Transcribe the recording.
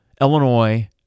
Illinois